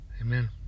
Amen